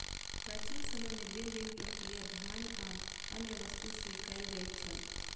प्राचीन समय में लेन देन प्रक्रिया धान आ अन्य वस्तु से कयल जाइत छल